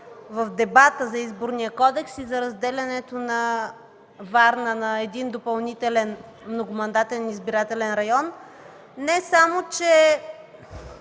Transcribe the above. в дебата за Изборния кодекс и за разделянето на Варна на един допълнителен многомандатен избирателен район, не само че